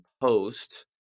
Post